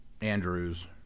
Andrews